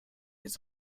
his